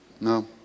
No